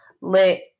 let